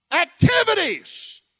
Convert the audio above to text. Activities